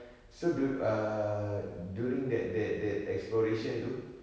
so dude during that that that exploration tu